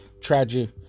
tragic